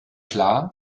klar